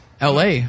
LA